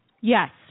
yes